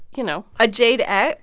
you know. a jade egg.